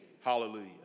Hallelujah